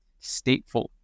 stateful